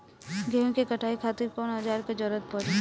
गेहूं के कटाई खातिर कौन औजार के जरूरत परी?